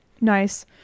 Nice